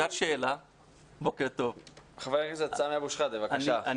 חבר הכנסת סמי אבו שחאדה, בבקשה.